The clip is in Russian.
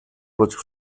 против